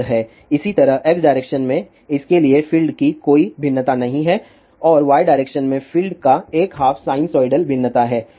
इसी तरह x direction में इसके लिए फील्ड की कोई भिन्नता नहीं है और y डायरेक्शन में फील्ड का एक हाफ साइनसोइडल भिन्नता है